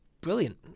Brilliant